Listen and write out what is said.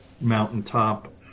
mountaintop